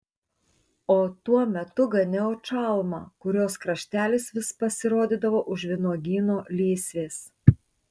o tuo metu ganiau čalmą kurios kraštelis vis pasirodydavo už vynuogyno lysvės